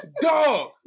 Dog